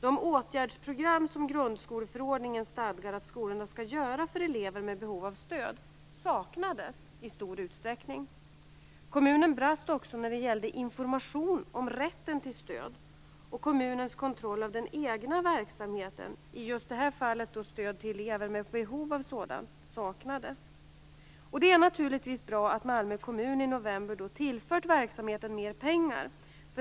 Det åtgärdsprogram som grundskoleförordningen stadgar att skolorna skall göra för elever med behov av stöd saknades i stor utsträckning. Kommunen brast också när det gällde information om rätten till stöd och kommunens kontroll av den egna verksamheten. I just det här fallet saknades stöd till elever med behov av sådant. Det är naturligtvis bra att Malmö kommun i november har tillfört verksamheten mer pengar.